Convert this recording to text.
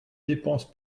dépense